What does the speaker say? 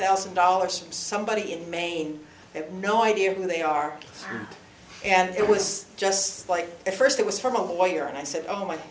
thousand dollars somebody in maine has no idea who they are and it was just like at first it was from a lawyer and i said oh my